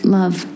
love